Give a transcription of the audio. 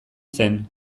zen